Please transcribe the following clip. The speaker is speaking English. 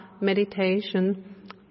meditation